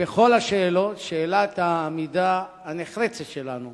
שבכל השאלות, שאלת העמידה הנחרצת שלנו